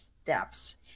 steps